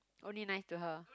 only nice to her